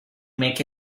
make